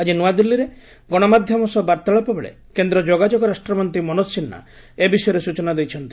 ଆଜି ନ୍ତଆଦିଲ୍ଲୀରେ ଗଣମାଧ୍ୟମ ସହ ବାର୍ତ୍ତାଳାପବେଳେ କେନ୍ଦ୍ର ଯୋଗାଯୋଗ ରାଷ୍ଟ୍ରମନ୍ତ୍ରୀ ମନୋଜ ସିହ୍ନା ଏ ବିଷୟରେ ସୂଚନା ଦେଇଛନ୍ତି